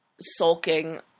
sulking